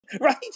right